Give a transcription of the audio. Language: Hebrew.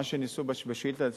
מה שניסו בשאילתא להציג,